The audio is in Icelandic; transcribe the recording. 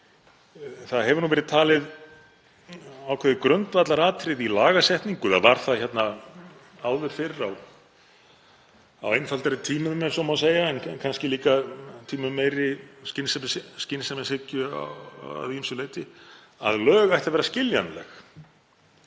Það hefur verið talið ákveðið grundvallaratriði í lagasetningu, eða var það hér áður fyrr á einfaldari tímum, ef svo má segja, en kannski líka tímum meiri skynsemishyggju að ýmsu leyti, að lög ættu að vera skiljanleg,